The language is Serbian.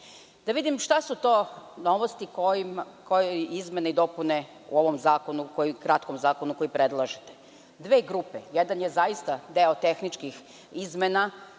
vidim šta su to novosti koje izmene i dopune u kratkom zakonu predlažete. Dve grupe, jedan je zaista deo tehničkih izmena